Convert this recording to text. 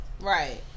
right